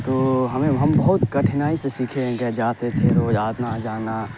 تو ہمیں ہم بہت کٹھنائی سے سیکھے ہیں جاتے تھے روز آنا جانا